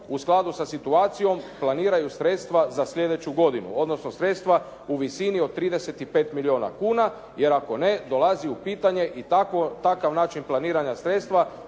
u skladu sa situacijom planiraju sredstva za sljedeću godinu, odnosno sredstva u visini od 35 milijuna kuna. Jer ako ne dolazi u pitanje i takav način planiranja sredstva